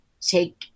take